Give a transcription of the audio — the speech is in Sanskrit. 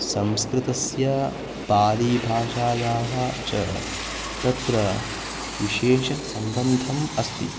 संस्कृतस्य पालीभाषायाः च तत्र विशेषसम्बन्धम् अस्ति